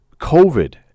COVID